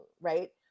right